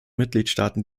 mitgliedstaaten